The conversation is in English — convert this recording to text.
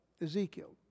Ezekiel